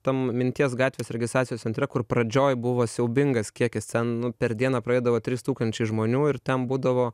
tam minties gatvės registracijos centre kur pradžioj buvo siaubingas kiekis ten nu per dieną praeidavo trys tūkstančiai žmonių ir ten būdavo